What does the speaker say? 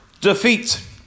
defeat